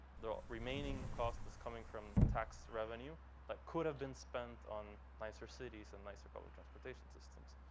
the remaining cost is coming from tax revenue that could have been spent on nicer cities and nicer public transportation systems.